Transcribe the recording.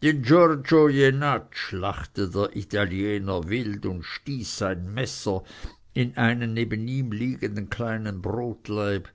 den georgio jenatsch lachte der italiener wild und stieß sein messer in einen neben ihm liegenden kleinen brotlaib